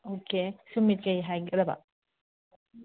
okay ꯁꯨꯃꯤꯠ ꯀꯔꯤ ꯍꯥꯏꯒꯗꯕ